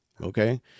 Okay